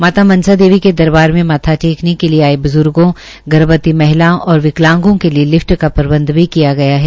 माता मनसा देवी के दरबार मे माथा टेकने के लिए आये ब्जुर्गो गर्भवती महिलाओं और विकलांगो के लिए लिफ्ट का प्रबंध भी किया गया है